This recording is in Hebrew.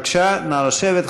בבקשה, נא לשבת.